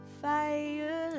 fire